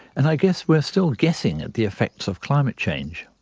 and i guess we're still guessing at the effects of climate change.